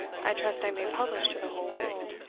i trust i may publish to the whole world.